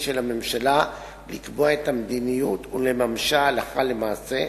של הממשלה לקבוע את המדיניות ולממשה הלכה למעשה,